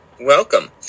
Welcome